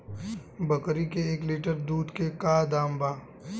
बकरी के एक लीटर दूध के का दाम बा?